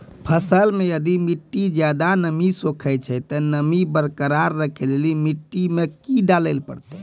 फसल मे यदि मिट्टी ज्यादा नमी सोखे छै ते नमी बरकरार रखे लेली मिट्टी मे की डाले परतै?